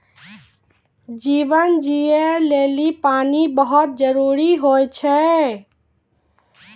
जीवन जियै लेलि पानी बहुत जरूरी होय छै?